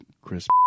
Chris